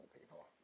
people